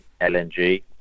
LNG